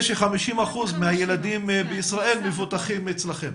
ש-50% מהילדים בישראל מבוטחים אצלכם.